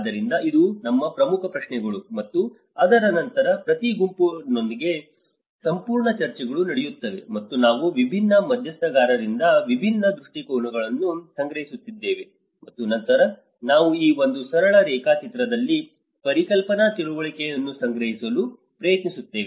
ಆದ್ದರಿಂದ ಇದು ನಮ್ಮ ಪ್ರಮುಖ ಪ್ರಶ್ನೆಗಳು ಮತ್ತು ಅದರ ನಂತರ ಪ್ರತಿ ಗುಂಪಿನೊಳಗೆ ಸಂಪೂರ್ಣ ಚರ್ಚೆಗಳು ನಡೆಯುತ್ತವೆ ಮತ್ತು ನಾವು ವಿಭಿನ್ನ ಮಧ್ಯಸ್ಥಗಾರರಿಂದ ವಿಭಿನ್ನ ದೃಷ್ಟಿಕೋನಗಳನ್ನು ಸಂಗ್ರಹಿಸುತ್ತಿದ್ದೇವೆ ಮತ್ತು ನಂತರ ನಾವು ಈ ಒಂದು ಸರಳ ರೇಖಾಚಿತ್ರದಲ್ಲಿ ಪರಿಕಲ್ಪನಾ ತಿಳುವಳಿಕೆಯನ್ನು ಸಂಗ್ರಹಿಸಲು ಪ್ರಯತ್ನಿಸುತ್ತೇವೆ